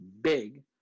Big